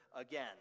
again